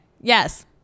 Yes